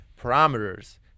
parameters